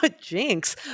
Jinx